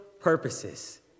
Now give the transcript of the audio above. purposes